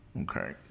Okay